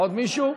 עוד מישהו?